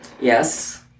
Yes